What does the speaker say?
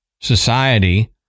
society